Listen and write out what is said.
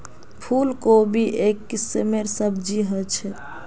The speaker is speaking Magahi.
फूल कोबी एक किस्मेर सब्जी ह छे